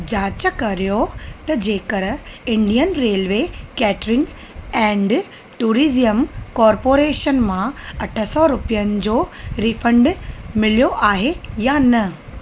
जांच कर्यो त जेकर Indian railway catering and tourism corporation मां अठ सौ रुपयनि जो रीफंड मिलियो आहे या न